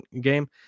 game